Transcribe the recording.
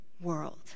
world